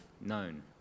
known